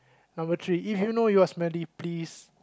number three if you know you are smelly please